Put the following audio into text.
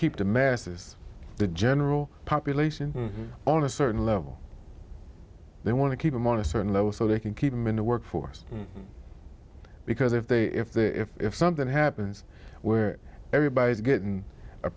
keep the masses the general population on a certain level they want to keep him on a certain level so they can keep him in the workforce because if they if they're if if something happens where everybody's getting a